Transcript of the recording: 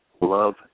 love